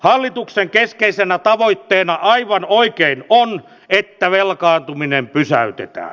hallituksen keskeisenä tavoitteena aivan oikein on että velkaantuminen pysäytetään